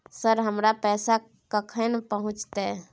Sir, हमर पैसा कखन पहुंचतै?